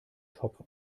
topf